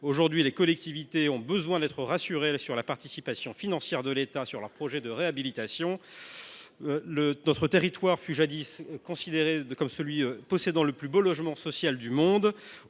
minières ? Les collectivités ont besoin d’être rassurées sur la participation financière de l’État à leurs projets de réhabilitation. Notre territoire fut jadis considéré comme possédant le plus beau logement social du monde.